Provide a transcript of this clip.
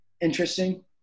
interesting